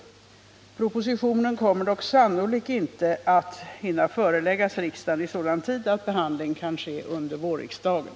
Propositionen kommer dock sannolikt ej att hinna föreläggas riksdagen i sådan tid att behandling kan ske under vårriksdagen.